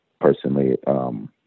personally –